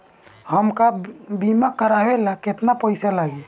हमका बीमा करावे ला केतना पईसा लागी?